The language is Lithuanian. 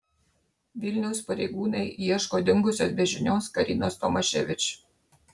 vilniaus pareigūnai ieško dingusios be žinios karinos tomaševič